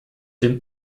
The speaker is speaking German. dem